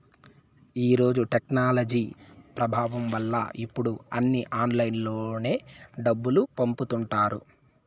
ఈ రోజున టెక్నాలజీ ప్రభావం వల్ల ఇప్పుడు అన్నీ ఆన్లైన్లోనే డబ్బులు పంపుతుంటారు